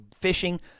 fishing